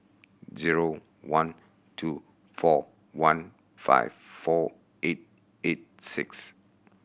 zero one two four one five four eight eight six